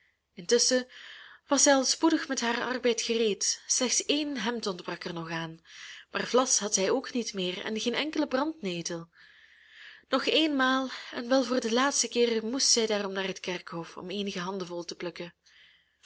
intusschen was zij al spoedig met haar arbeid gereed slechts één hemd ontbrak er nog aan maar vlas had zij ook niet meer en geen enkele brandnetel nog eenmaal en wel voor den laatsten keer moest zij daarom naar het kerkhof om eenige handenvol te plukken